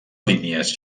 línies